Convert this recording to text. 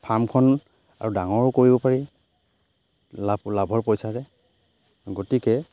ফাৰ্মখন আৰু ডাঙৰো কৰিব পাৰি লাভ লাভৰ পইচাৰে গতিকে